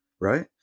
right